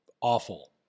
awful